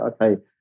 okay